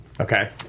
Okay